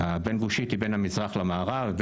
בין גושית היא בין המזרח למערב,